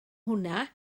hwnna